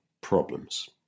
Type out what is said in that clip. problems